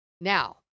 Now